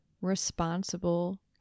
responsible